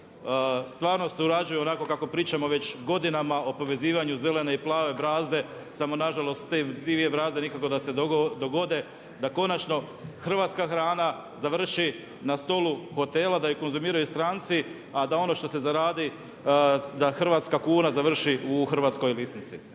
stvarno surađuju onako kako pričamo već godinama o povezivanju zelene i plave brazde, samo nažalost te dvije brazde nikako da se dogode da konačno hrvatska hrana završi na stolu hotela da je konzumiraju stranci, a da ono što se zaradi da hrvatska kuna završi u hrvatskoj lisnici.